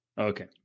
Okay